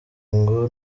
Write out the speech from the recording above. ngo